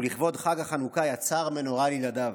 ולכבוד חג החנוכה יצר מנורה לילדיו.